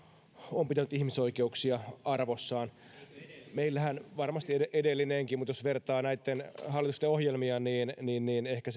on pitänyt ihmisoikeuksia arvossaan varmasti edellinenkin mutta jos vertaa näitten hallitusten ohjelmia niin niin ehkä